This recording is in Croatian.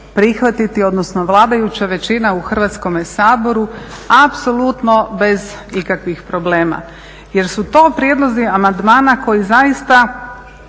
prihvatiti odnosno vladajuća većina u Hrvatskome saboru apsolutno bez ikakvih problema jer su to prijedlozi amandmana koji zaista